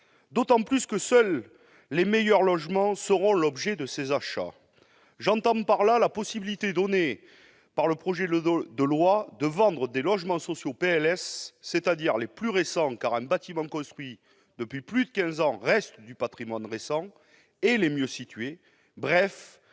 D'autant que seuls les meilleurs logements seront l'objet de ces achats. J'entends par là la possibilité donnée par le projet de loi de vendre des logements sociaux PLS, c'est-à-dire les plus récents, car un bâtiment construit depuis plus de quinze ans reste du patrimoine récent, et les mieux situés,